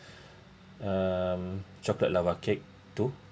um chocolate lava cake two